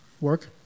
work